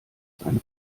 seine